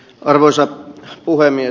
arvoisa puhemies